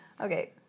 Okay